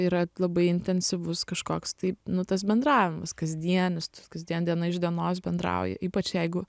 yra labai intensyvus kažkoks tai nu tas bendravimas kasdienis kasdien diena iš dienos bendrauji ypač jeigu